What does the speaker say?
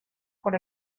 por